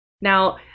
Now